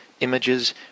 Images